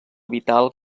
vital